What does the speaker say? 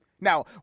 Now